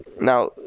Now